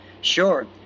Sure